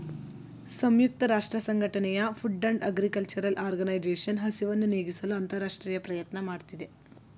ಸಂಯುಕ್ತ ರಾಷ್ಟ್ರಸಂಘಟನೆಯ food and agriculture organisation ಹಸಿವನ್ನು ನೀಗಿಸಲು ಅಂತರರಾಷ್ಟ್ರೀಯ ಪ್ರಯತ್ನ ಮಾಡ್ತಿದೆ